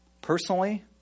Personally